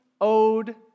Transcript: owed